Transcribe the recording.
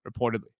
reportedly